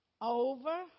over